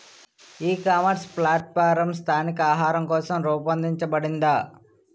ఈ ecommerce platform స్థానిక ఆహారం కోసం రూపొందించబడిందా?